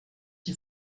die